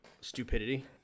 stupidity